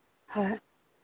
ꯍꯣꯏ